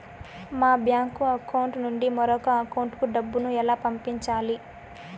మా bank account నుండి మరొక అకౌంట్ కు డబ్బును ఎలా పంపించాలి